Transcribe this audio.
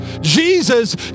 Jesus